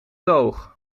toog